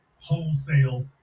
wholesale